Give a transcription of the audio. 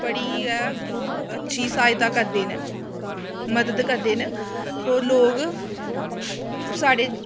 बड़ी गै अच्छी सहायता करदे न मदद करदे न ओह् लोग साढ़े